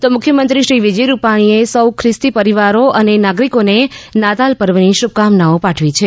તો મુખ્યમંત્રીશ્રી વિજય રૂપાણીએ સૌ ખિસ્તી પરિવારો અને નાગરિકોને નાતાલ પર્વની શુભકામનાઓ પાઠવી છે